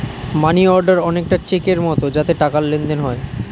মানি order অনেকটা চেকের মতো যাতে টাকার লেনদেন হয়